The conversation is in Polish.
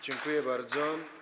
Dziękuję bardzo.